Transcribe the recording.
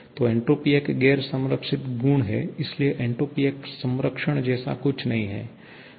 तो एन्ट्रापी एक गैर संरक्षित गुण है इसलिए एन्ट्रापी के संरक्षण जैसा कुछ नहीं है